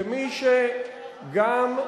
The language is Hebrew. כמי שגם,